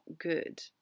good